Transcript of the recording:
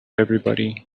everybody